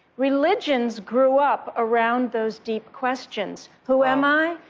religions grew up around those deep questions. who am i?